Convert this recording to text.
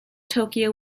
tokyo